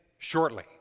Shortly